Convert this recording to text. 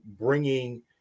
bringing